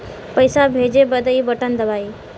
पइसा भेजे बदे ई बटन दबाई